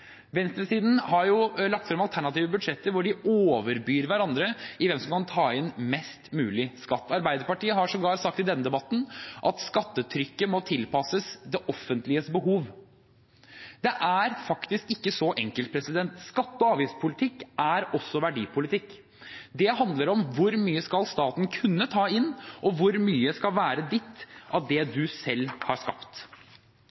Venstresiden har lagt frem alternative budsjetter hvor de overbyr hverandre i hvem som kan ta inn mest mulig skatt. Arbeiderpartiet har sågar sagt i denne debatten at skattetrykket må tilpasses det offentliges behov. Det er faktisk ikke så enkelt. Skatte- og avgiftspolitikk er også verdipolitikk. Det handler om hvor mye staten skal kunne ta inn, og hvor mye som skal være ditt, av det